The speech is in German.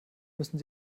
müssen